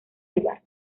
lugar